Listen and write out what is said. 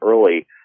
early